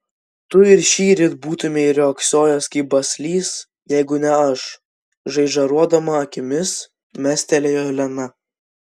tu ir šįryt būtumei riogsojęs kaip baslys jeigu ne aš žaižaruodama akimis mestelėjo lena